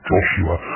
Joshua